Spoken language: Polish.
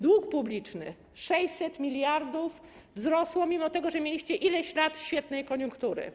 Dług publiczny - 600 mld wzrosło, mimo że mieliście ileś lat świetnej koniunktury.